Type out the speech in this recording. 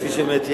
כפי שבאמת הערת,